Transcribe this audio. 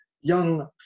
young